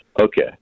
okay